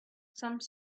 some